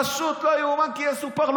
פשוט לא יאומן כי יסופר.